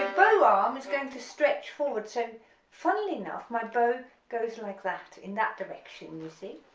and bow arm is going to stretch forward so funnily enough my bow goes like that in that direction you see,